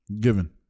given